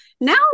Now